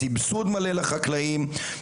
סבסוד מלא לחקלאים,